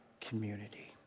community